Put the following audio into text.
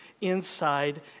inside